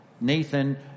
Nathan